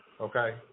Okay